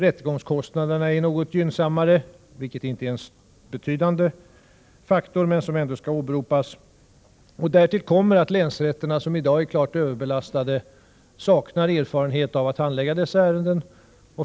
Rättegångskostnaderna är något gynsammare, vilket inte är en betydande faktor, men den skall ändå åberopas. Därtill kommer att länsrätterna, som i dag är klart överbelastade, saknar erfarenhet att handlägga dessa ärenden.